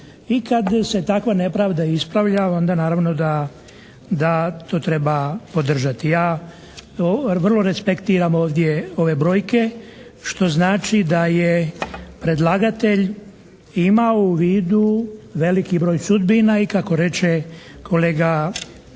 I kad se takva nepravda ispravlja onda naravno da to treba podržati. Ja vrlo respektiram ovdje ove brojke što znači da je predlagatelj imao u vidu veliki broj sudbina i kako reče kolega Hrelja